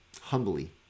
humbly